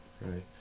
right